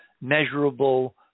measurable